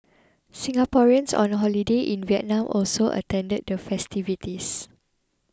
Singaporeans on the holiday in Vietnam also attended the festivities